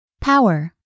Power